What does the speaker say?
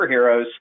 superheroes